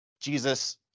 Jesus